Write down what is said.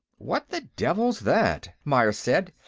what the devil's that? myers said,